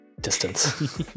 distance